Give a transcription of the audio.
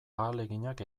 ahaleginak